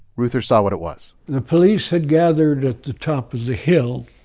reuther saw what it was the police had gathered at the top of the hill,